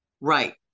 Right